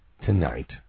tonight